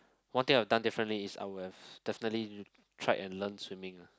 one thing I would have done differently is I would have definitely tried and learn swimming ah